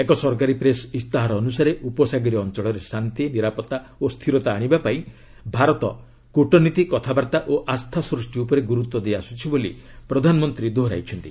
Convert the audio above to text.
ଏକ ସରକାରୀ ପ୍ରେସ୍ ଇସ୍ତାହାର ଅନୁସାରେ ଉପସାଗରୀୟ ଅଞ୍ଚଳରେ ଶାନ୍ତି ନିରାପତ୍ତା ଓ ସ୍ଥିରତା ଆଣିବାପାଇଁ ଭାରତ କୃଟନୀତି କଥାବାର୍ତ୍ତା ଓ ଆସ୍ଥା ସୃଷ୍ଟି ଉପରେ ଗୁରୁତ୍ୱ ଦେଇଆସୁଛି ବୋଲି ପ୍ରଧାନମନ୍ତ୍ରୀ ଦୋହରାଇଛନ୍ତି